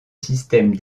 système